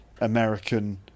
American